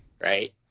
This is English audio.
right